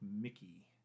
Mickey